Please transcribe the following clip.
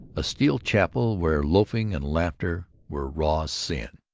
a steel chapel where loafing and laughter were raw sin.